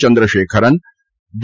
Chandrasekaran D